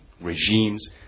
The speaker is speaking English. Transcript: regimes